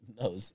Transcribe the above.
No